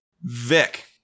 Vic